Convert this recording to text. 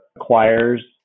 acquires